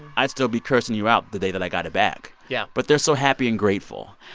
i'd still be cursing you out the day that i got back yeah but they're so happy and grateful.